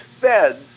feds